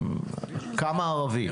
כמה ערבים?